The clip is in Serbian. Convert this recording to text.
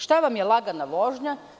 Šta vam je lagana vožnja?